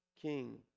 king